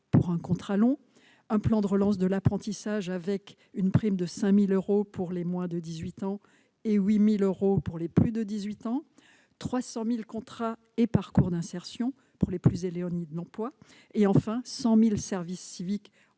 pour un contrat long ; un plan de relance de l'apprentissage, avec une prime de 5 000 euros pour les moins de 18 ans et de 8 000 euros pour les plus de 18 ans ; 300 000 contrats et parcours d'insertion pour les plus éloignés de l'emploi ; enfin, 100 000 services civiques